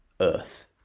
earth